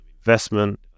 investment